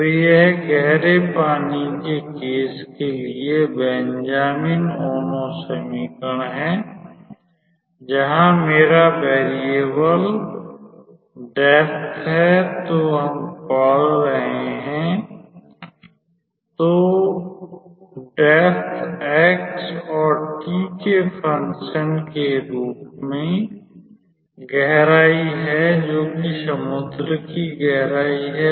तो यह गहरे पानी के केस के लिए बेंजामिन ओनो समीकरण है जहां मेरा वेरियेबल गहराई है जो हम पढ़ रहे हैं तो गहराई x और t के फंक्शन के रूप में गहराई है जोकि समुद्र की गहराई है